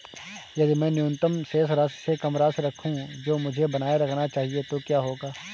यदि मैं न्यूनतम शेष राशि से कम राशि रखूं जो मुझे बनाए रखना चाहिए तो क्या होगा?